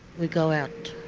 we go out,